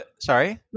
Sorry